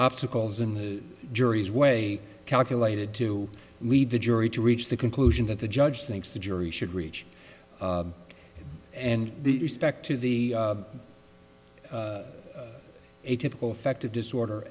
obstacles in the jury's way calculated to lead the jury to reach the conclusion that the judge thinks the jury should reach and the respect to the a typical affective disorder